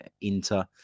Inter